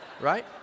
Right